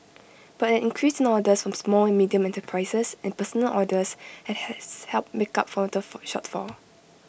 but an increase in orders some small and medium enterprises and personal orders has helped make up for the shortfall